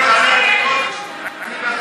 אני,